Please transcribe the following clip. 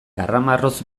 karramarroz